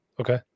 Okay